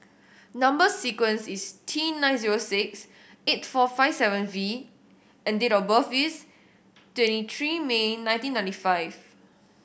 number sequence is T nine zero six eight four five seven V and date of birth is twenty three May nineteen ninety five